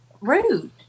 rude